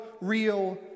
real